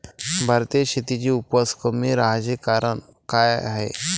भारतीय शेतीची उपज कमी राहाची कारन का हाय?